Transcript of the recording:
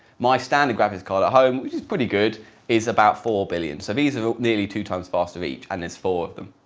my standard graphics card at home which is pretty good is about four billion so these about nearly two times faster each and there's four of them.